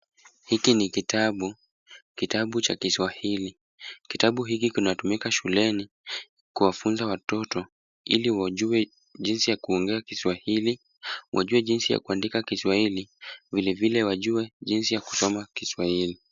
Hili ni kitabu, kitabu cha Kiswahili. Kitabu hiki kinatumika shuleni ili kuwafunza watoto ili wajue jinsi ya kuongea Kiswahili, wajue jinsi ya kuandika Kiswahili, vilevile wajue jinsi ya kusoma Kiswahili.